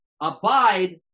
abide